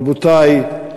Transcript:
רבותי,